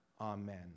Amen